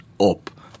up